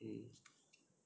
mm